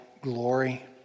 glory